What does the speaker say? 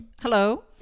Hello